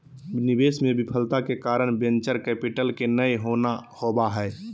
निवेश मे विफलता के कारण वेंचर कैपिटल के नय होना होबा हय